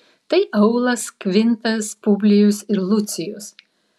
tai aulas kvintas publijus ir lucijus